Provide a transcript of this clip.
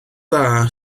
dda